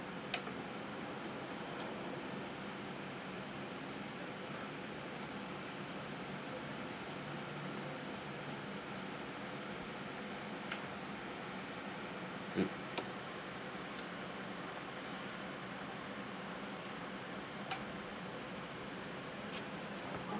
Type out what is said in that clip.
mm